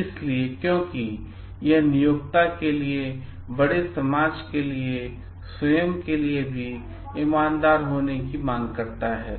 इसलिए क्योंकि यह नियोक्ता के लिए बड़े समाज के लिए और स्वयं के लिए भी ईमानदार होने की मांग करता है